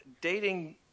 dating